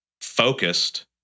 focused